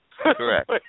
Correct